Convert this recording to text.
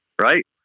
right